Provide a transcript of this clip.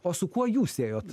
o su kuo jūs ėjot